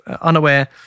unaware